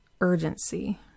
urgency